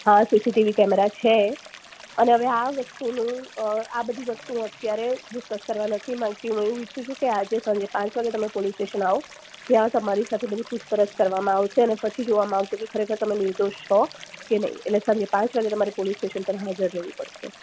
હાં CCTV camera છે અને હવે આ વસ્તુનું આ બધી વસ્તુ અત્યારે ડિસકસ કરવા નથી માંગતી હું ઈચ્છું છું કે આજે સાંજે પાંચ વાગે તમે પોલીસ સ્ટેશન આવો ત્યાં તમારી સાથે બધી પૂછપરછ કરવામાં આવશે પછી જોવામાં આવશે કે ખરેખર તમે નિર્દોષ છો કે નહીં એટલે સાંજે પાંચ વાગે તમારે પોલીસ સ્ટેશન પર હાજર રહેવું પડશે